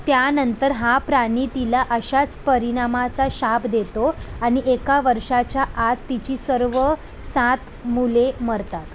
त्यानंतर हा प्राणी तिला अशाच परिणामाचा शाप देतो आणि एका वर्षाच्या आत तिची सर्व सात मुले मरतात